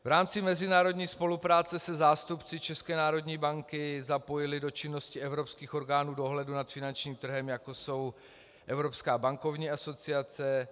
V rámci mezinárodní spolupráce se zástupci ČNB zapojili do činnosti evropských orgánů dohledu nad finančním trhem, jako jsou Evropská bankovní asociace...